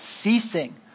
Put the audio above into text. ceasing